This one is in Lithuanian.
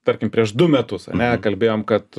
tarkim prieš du metus ane kalbėjom kad